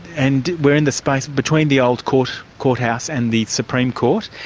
and we're in the space between the old court court house and the supreme court,